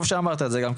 טוב שאמרת את זה גם,